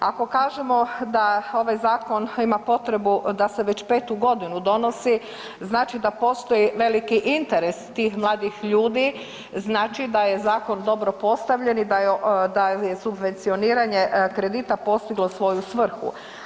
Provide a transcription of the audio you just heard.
Ako kažemo da ovaj zakon ima potrebu da se već 5. g. donosi, znači da postoji veliki interes tih mladih ljudi, znači da je zakon dobro postavljen i da je subvencioniranje kredita postiglo svoju svrhu.